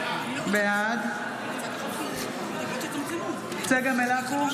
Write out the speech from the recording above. בעד צגה מלקו,